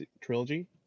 Trilogy